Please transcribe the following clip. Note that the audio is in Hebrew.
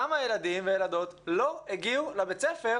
כמה ילדים וילדות לא הגיעו לבית הספר